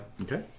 Okay